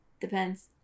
Depends